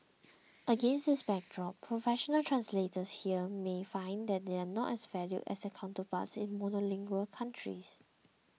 against this backdrop professional translators here may find that they are not as valued as their counterparts in monolingual countries